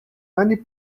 many